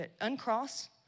Uncross